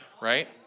right